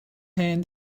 hen